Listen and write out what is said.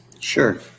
Sure